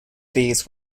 these